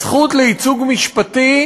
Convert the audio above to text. הזכות לייצוג משפטי